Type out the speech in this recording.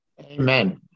Amen